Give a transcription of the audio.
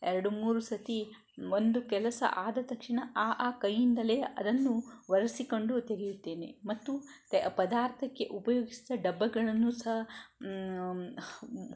ಎರಡು ಮೂರು ಸರ್ತಿ ಒಂದು ಕೆಲಸ ಆದ ತಕ್ಷಣ ಆ ಆ ಕೈಯಿಂದಲೇ ಅದನ್ನು ಒರೆಸಿಕೊಂಡು ತೆಗೆಯುತ್ತೇನೆ ಮತ್ತು ಪದಾರ್ಥಕ್ಕೆ ಉಪಯೋಗ್ಸುವ ಡಬ್ಬಗಳನ್ನು ಸಹ